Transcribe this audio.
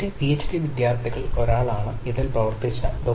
എന്റെ പിഎച്ച്ഡി വിദ്യാർത്ഥികളിൽ ഒരാളാണ് ഇതിൽ പ്രവർത്തിച്ച ഡോ